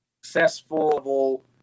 successful